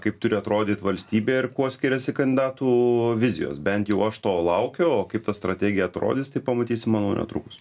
kaip turi atrodyt valstybė ir kuo skiriasi kandidatų vizijos bent jau aš to laukiu o kaip ta strategija atrodys tai pamatysim manau netrukus